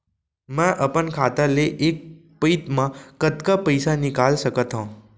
मैं अपन खाता ले एक पइत मा कतका पइसा निकाल सकत हव?